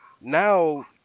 Now